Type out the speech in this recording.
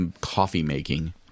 coffee-making